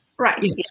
Right